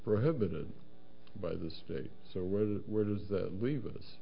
prohibited by the state so whether where does that leave us